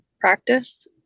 practice